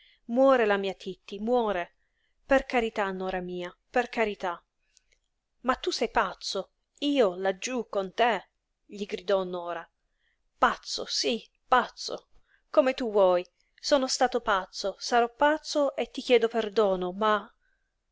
muore la mia titti muore per carità nora mia per carità ma tu sei pazzo io laggiú con te gli gridò nora pazzo sí pazzo come tu vuoi sono stato pazzo sarò pazzo e ti chiedo perdono ma